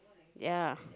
yeah